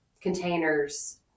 containers